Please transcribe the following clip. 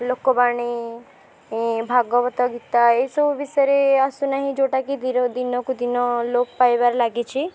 ଲୋକବାଣୀ ଭାଗବତ ଗୀତା ଏଇ ସବୁ ବିଷୟରେ ଆସୁନାହିଁ ଯେଉଁଟା କି ଦିନକୁ ଦିନ ଲୋପ ପାଇବାରେ ଲାଗିଛି